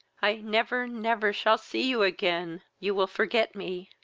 i never never shall see you again you will forget me,